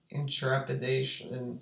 intrepidation